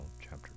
chapter